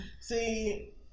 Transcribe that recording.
See